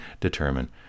determine